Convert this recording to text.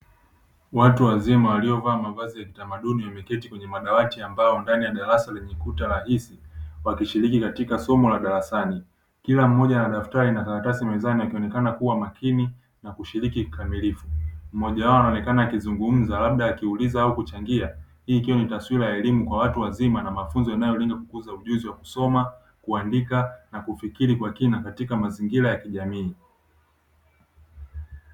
Watu wazima waliovaa mavazi ya kitamaduni wameketi kwenye madawati ambao ndani ya darasa lenye kuta rais wakishiriki katika somo la darasani kila mmoja ana daftari na karatasi mezani akionekana kuwa makini na kushiriki kikamilifu, mmoja wao anaonekana akizungumza labda akiuliza au kuchangia hii ikiwa ni taswira ya elimu kwa watu wazima na mafunzo yanayolenga kukuza ujuzi wa kusoma, kuandika, na kufikiri kwa kina katika mazingira ya kijamii.